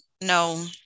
no